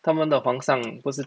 他们的皇上不是